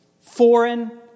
foreign